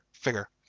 figure